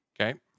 Okay